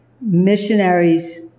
missionaries